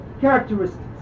characteristics